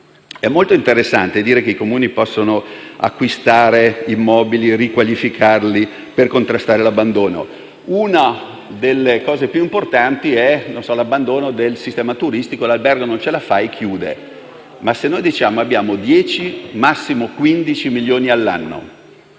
È molto interessante dire che i Comuni possono acquistare immobili e riqualificarli, per contrastare l'abbandono. Una delle cose più importanti è l'abbandono del sistema turistico: l'albergo non ce la fa e chiude. Ma, se noi abbiamo 10 o al massimo 15 milioni all'anno,